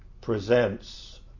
presents